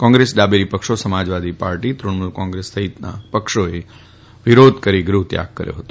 કોંગ્રેસ ડાબેરી પક્ષો Samajwadi party Trinamool Congress સહિતના પક્ષોએ વિરોધ કરી ગૃહત્યાગ કર્યો હતો